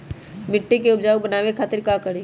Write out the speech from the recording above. मिट्टी के उपजाऊ बनावे खातिर का करी?